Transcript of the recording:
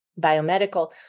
biomedical